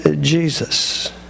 Jesus